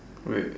wait